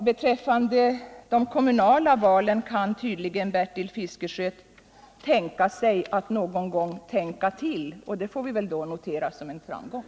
Beträffande de kommunala valen är tydligen Bertil Fiskesjö beredd att någon gång tänka till, och det får vi då notera som en framgång.